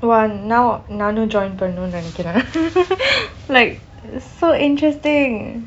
!wah! now நானும்:naanum join பன்னனும் நினைக்கிறேன்:pannanum ninaikiraen like so interesting